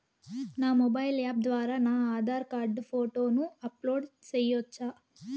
నా mobile app ద్వారా నా ఆధార్ కార్డు ఫోటోను అప్లోడ్ సేయొచ్చా?